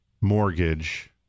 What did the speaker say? mortgage